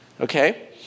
okay